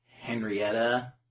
Henrietta